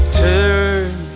turn